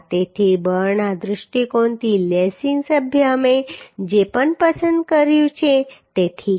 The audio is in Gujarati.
તેથી બળના દૃષ્ટિકોણથી લેસિંગ સભ્ય અમે જે પણ પસંદ કર્યું છે તે ઠીક છે